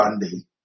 Sunday